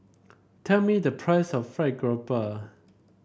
tell me the price of fry grouper